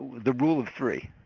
the rule of three.